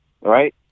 Right